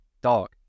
dog